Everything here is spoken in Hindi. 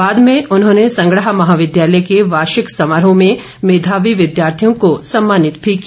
बाद में उन्होंने संगड़ाह महाविद्यालय के वार्षिक समारोह में मेधावी विद्यार्थियों को सम्मानित भी किया